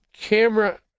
Camera